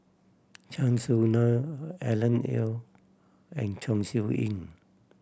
Chan Soh Na Alan Oei and Chong Siew Ying